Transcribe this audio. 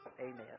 amen